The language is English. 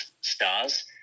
stars